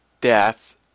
death